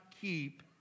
keep